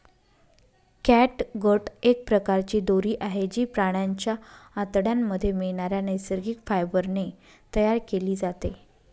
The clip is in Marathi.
कॅटगट एक प्रकारची दोरी आहे, जी प्राण्यांच्या आतड्यांमध्ये मिळणाऱ्या नैसर्गिक फायबर ने तयार केली जाते